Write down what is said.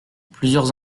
plusieurs